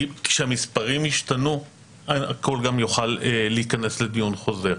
כי כשהמספרים ישתנו הכול גם יוכל להיכנס לדיון חוזר.